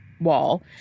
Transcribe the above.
wall